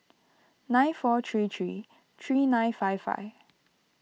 nine four three three three nine five five